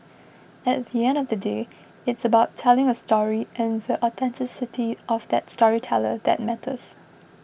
at the end of the day it's about telling a story and the authenticity of that storyteller that matters